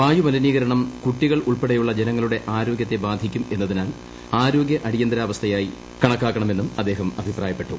വായുമലിനീകരണംകൂട്ടികൾഉൾപ്പെടെയുള്ള ജനങ്ങളുടെ ആരോഗൃത്തെ ബാധിക്കും എന്നതിനാൽ ആരോഗൃഅടിയന്തരാവസ്ഥായായി കണക്കാക്കണ മെന്നും അദ്ദേഹം അഭിപ്രായപ്പെട്ടു